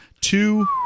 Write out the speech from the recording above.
two